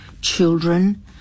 children